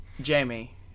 Jamie